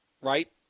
right